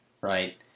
Right